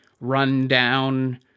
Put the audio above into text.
run-down